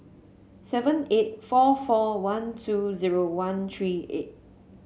seven eight four four one two zero one three eight